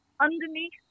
underneath